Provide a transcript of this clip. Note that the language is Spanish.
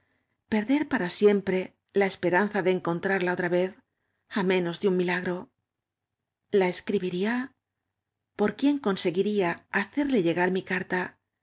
perder para siem pre a esperanza de encontrarla otra vez á medos de un milagro la escribiría por quién conseguiría hacerle llegar m i carta